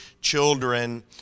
children